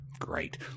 Great